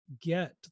get